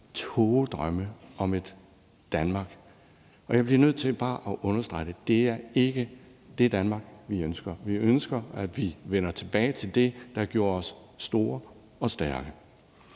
tågedrømme om Danmark. Jeg bliver nødt til bare at understrege det: Det er ikke det Danmark, vi ønsker. Vi ønsker, at vi vender tilbage til det, der gjorde os store og stærke.